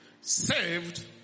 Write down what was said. saved